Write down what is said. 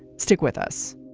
stick with us